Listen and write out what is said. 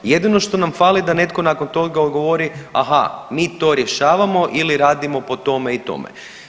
Jedino što nam fali da netko nakon toga odgovori, aha mi to rješavamo ili radimo po tome i tome.